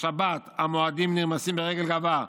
השבת, המועדים, נרמסים ברגל גאווה.